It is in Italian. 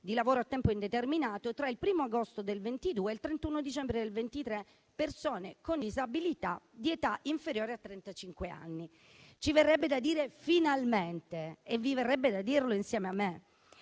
di lavoro a tempo indeterminato, tra il 1° agosto del 2022 e il 31 dicembre del 2023, persone con disabilità di età inferiore a trentacinque anni. Ci verrebbe da dire finalmente e vi verrebbe da dirlo insieme a me.